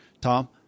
Tom